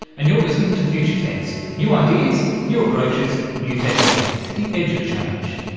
and you're listening to future tense, new ideas, new approaches, new technologies, the edge of change.